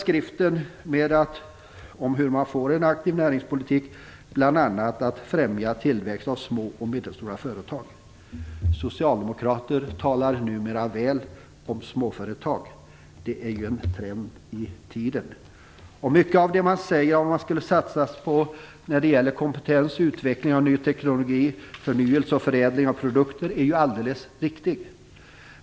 Skriften avslutas med hur man får till stånd en aktiv näringspolitik, bl.a. genom att främja små och medelstora företag. Socialdemokrater talar numera väl om småföretag - det är ju en trend i tiden. Och mycket av det man säger om vad man skulle satsa på när det gäller kompetens och utveckling av ny teknologi, förnyelse och förädling av produkter är alldeles riktigt.